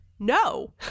No